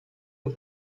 und